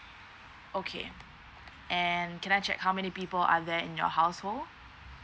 okay and can I check how many people are there in your household